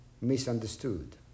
misunderstood